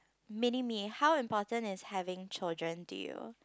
mini me how important is having children to you